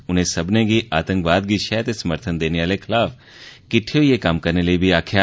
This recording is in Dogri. उनें सब्मनें गी आतंकवाद गी शैह् दे समर्थन देने आह्ले खलाफ किट्ठे होईयै कम्म करने लेई आक्खेआ